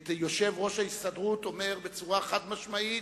את יושב-ראש ההסתדרות אומר בצורה חד-משמעית: